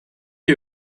you